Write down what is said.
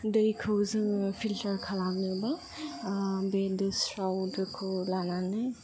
दैखौ जोङो फिल्टार खालामनोबा बे देस्राव दोखौ लानानै